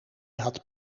had